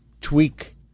tweak